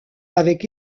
avec